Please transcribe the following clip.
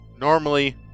normally